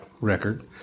record